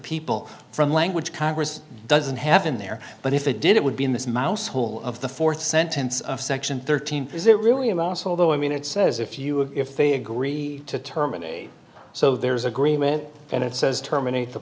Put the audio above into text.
people from language congress doesn't have in there but if they did it would be in this mouse hole of the th sentence of section thirteen is it really about although i mean it says if you if they agree to terminate so there's agreement and it says terminate the